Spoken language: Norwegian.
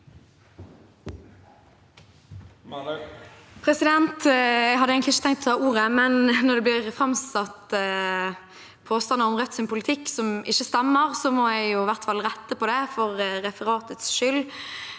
Jeg hadde egentlig ikke tenkt å ta ordet, men når det blir framsatt påstander om Rødts politikk som ikke stemmer, må jeg i hvert fall rette på det for referatets skyld.